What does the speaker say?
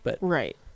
Right